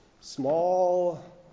small